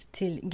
till